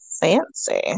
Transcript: Fancy